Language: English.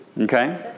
Okay